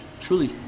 truly